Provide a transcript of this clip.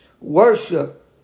worship